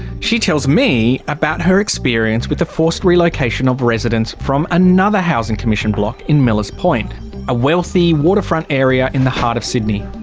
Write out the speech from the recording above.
she tells me about her experience with the forced relocation of residents from another housing commission block in millers point a wealthy waterfront area in the heart of sydney.